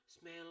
smell